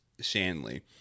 Shanley